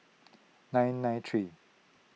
nine nine three